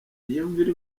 iyumvire